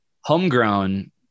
homegrown